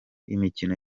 imikino